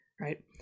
right